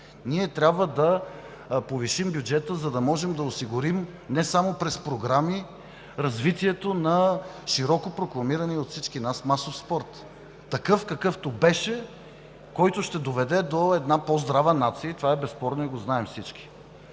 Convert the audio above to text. ние трябва да повишим бюджета, за да можем да осигурим не само през програми развитието на широко прокламирания от всички нас масов спорт – такъв, какъвто беше, който ще доведе до по-здрава нация, и това е безспорно, и всички